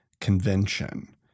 Convention